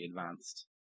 advanced